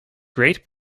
great